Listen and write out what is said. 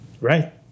Right